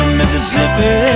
mississippi